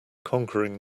conquering